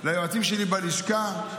ליועצים שלי בלשכה,